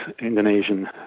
Indonesian